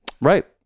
Right